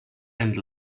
and